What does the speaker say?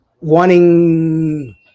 wanting